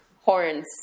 horns